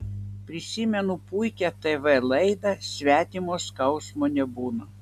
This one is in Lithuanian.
prisimenu puikią tv laidą svetimo skausmo nebūna